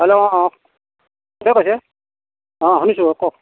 hello অ কোনে কৈছে অ শুনিছোঁ কওক